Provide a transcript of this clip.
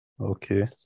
Okay